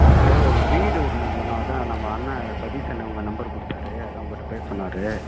நமக்கு ஒரு வீடு ஒன்று வேணும் அதான் நம்ம அண்ணே சதீஸ் அண்ணே உங்கள் நம்பரு கொடுத்தாரு அதான் உங்கள்ட்ட பேச சொன்னார்